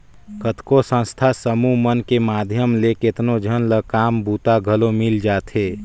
कतको संस्था समूह मन के माध्यम ले केतनो झन ल काम बूता घलो मिल जाथे